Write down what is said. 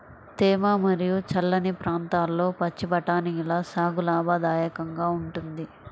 తేమ మరియు చల్లని ప్రాంతాల్లో పచ్చి బఠానీల సాగు లాభదాయకంగా ఉంటుంది